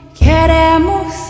queremos